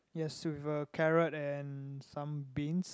yes with a carrot and some beans